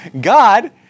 God